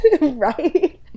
Right